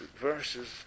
verses